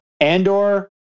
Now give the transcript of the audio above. Andor